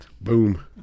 Boom